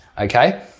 okay